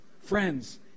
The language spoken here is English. Friends